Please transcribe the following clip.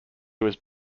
was